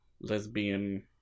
lesbian